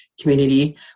community